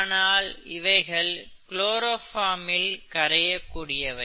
ஆனால் இவைகள் குளோரோஃபார்ம் இல் கரையக்கூடியவை